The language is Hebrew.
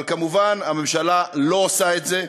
אבל, כמובן, הממשלה לא עושה את זה,